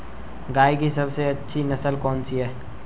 गाय की सबसे अच्छी नस्ल कौनसी है?